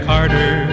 Carter